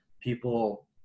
people